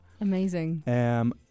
Amazing